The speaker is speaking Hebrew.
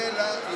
יותר.